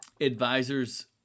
advisors